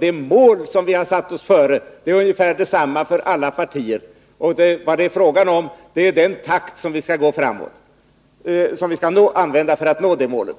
Det mål vi har satt upp för oss är ungefär detsamma för alla partier — det som skiljer gäller den takt som vi skall använda för att nå det målet.